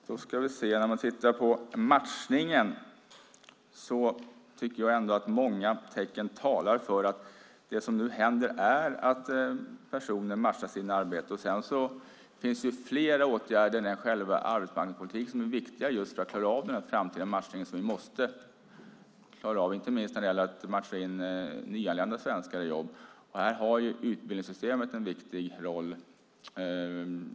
Herr talman! När det gäller matchningen tycker jag ändå att många tecken talar för att det som nu händer är att personer matchas in i arbete. Sedan finns det ju fler åtgärder än själva arbetsmarknadspolitiken som är viktiga just för att klara av den framtida matchningen som vi måste klara av. Inte minst gäller det att matcha in nyanlända svenskar i jobb. Här har utbildningssystemet en viktig roll.